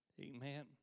Amen